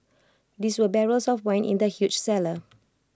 there were barrels of wine in the huge cellar